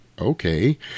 okay